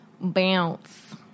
bounce